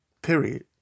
Period